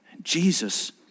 Jesus